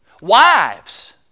Wives